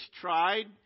tried